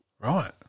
Right